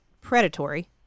predatory